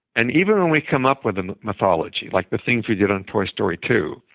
and even when we come up with a mythology, like the things we did on toy story two,